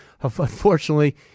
Unfortunately